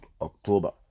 october